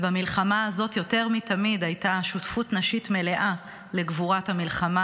במלחמה הזאת יותר מתמיד הייתה שותפות נשית מלאה בגבורת המלחמה,